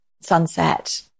sunset